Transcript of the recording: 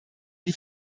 die